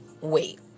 wait